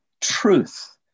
truth